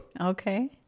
Okay